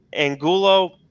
Angulo